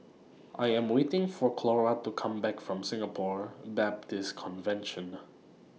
I Am waiting For Clora to Come Back from Singapore Baptist Convention